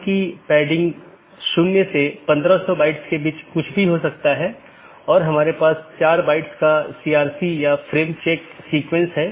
यदि आप याद करें तो हमने एक पाथ वेक्टर प्रोटोकॉल के बारे में बात की थी जिसने इन अलग अलग ऑटॉनमस सिस्टम के बीच एक रास्ता स्थापित किया था